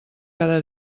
cada